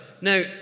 Now